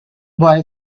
boy